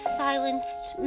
silenced